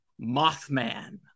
Mothman